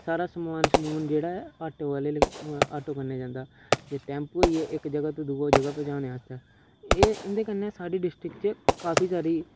सारा समान समून जेह्ड़ा ऐ ओह् आटो आह्ले आटो कन्नै जन्दा ते टेम्पो होई गे इक जगह् तो दुइ जगह् पजाने आस्तै एह् इन्दे कन्नै साढ़े डिस्ट्रिक्ट कन्नै काफी सारी